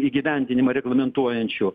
įgyvendinimą reglamentuojančių